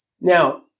now